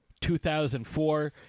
2004